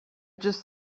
just